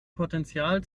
potential